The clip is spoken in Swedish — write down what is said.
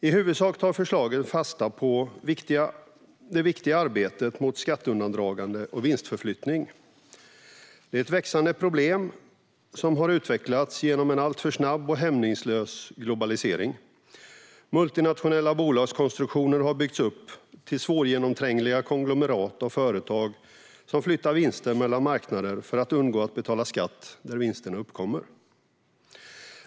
I huvudsak tar förslagen fasta på det viktiga arbetet mot skatteundandragande och vinstförflyttning. Det är ett växande problem som har utvecklats genom en alltför snabb och hämningslös globalisering. Multinationella bolagskonstruktioner har byggts upp till svårgenomträngliga konglomerat av företag som flyttar vinster mellan marknader för att undgå att betala skatt där vinsterna uppkommer.